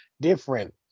different